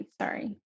Sorry